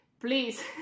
Please